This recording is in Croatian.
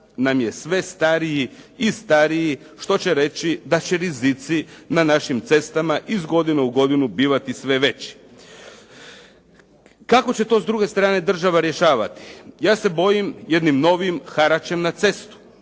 nam je sve stariji i stariji, što će reći da će rizici na našim cestama iz godine u godinu bivati sve veći. Kako će to s druge strane država rješavati? Ja se bojim jednim novim haračem na cestama.